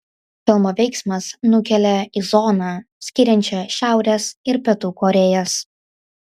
filmo veiksmas nukelia į zoną skiriančią šiaurės ir pietų korėjas